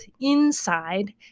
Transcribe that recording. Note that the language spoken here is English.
inside